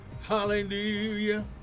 Hallelujah